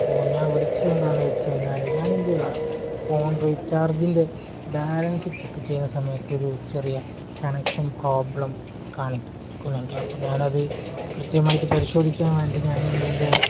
അപ്പോൾ ഞാൻ വിളിച്ചത് എന്താണെന്ന് വച്ചു കഴിഞ്ഞാൽ ഞാൻ എൻ്റെ ഫോൺ റീചാർജിൻ്റെ ബാലൻസ് ചെക്ക് ചെയ്യുന്ന സമയത്ത് ഒരു ചെറിയ കണക്ഷൻ പ്രോബ്ലം കാണിക്കുന്നുണ്ട് അപ്പം ഞാൻ അത് കൃത്യമായിട്ട് പരിശോധിക്കാൻ വേണ്ടി ഞാൻ എൻ്റെ